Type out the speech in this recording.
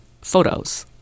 photos